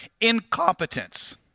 incompetence